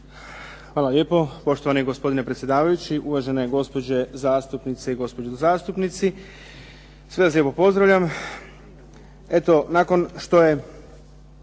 Hvala lijepo poštovani gospodine predsjedavajući, uvažene gospođe zastupnice i gospodo zastupnici. Sve vas lijepo pozdravljam. Eto nakon što je